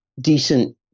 decent